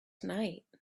night